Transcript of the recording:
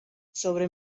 sobre